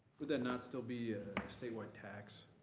would that not still be a statewide tax?